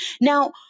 Now